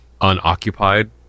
unoccupied